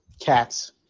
cats